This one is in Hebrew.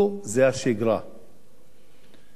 והכנסת לא יכולה להרשות לעצמה,